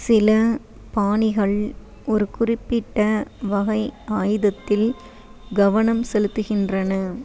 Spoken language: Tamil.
சில பாணிகள் ஒரு குறிப்பிட்ட வகை ஆயுதத்தில் கவனம் செலுத்துகின்றன